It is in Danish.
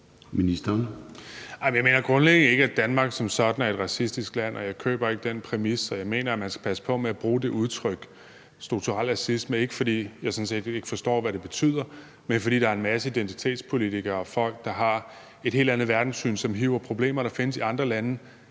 Jeg mener grundlæggende ikke, at Danmark som sådan er et racistisk land. Jeg køber ikke den præmis, og jeg mener, at man skal passe på med at bruge udtrykket strukturel racisme. Det er sådan set ikke, fordi jeg ikke forstår, hvad det betyder, men fordi der er en masse identitetspolitikere og folk, der har et helt andet verdenssyn, som hiver problemer, der findes i andre lande,